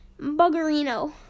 Buggerino